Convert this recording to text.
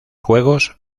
juegos